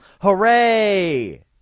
Hooray